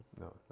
no